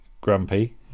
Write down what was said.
grumpy